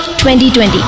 2020